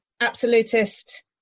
absolutist